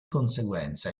conseguenza